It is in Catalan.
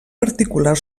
particular